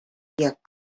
jak